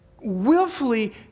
willfully